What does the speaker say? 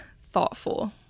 thoughtful